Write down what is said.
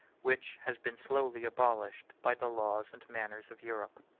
which has been slowly abolished by the laws and manners of europe.